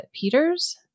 Peters